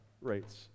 rates